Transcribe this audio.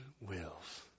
wills